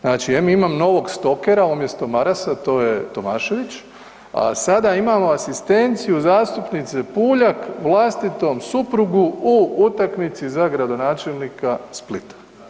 Znači, em imam novog „stalkera“, umjesto Marasa, to je Tomašević, a sada imamo asistenciju zastupnice Puljak vlastitom suprugu u utakmici za gradonačelnika Splita.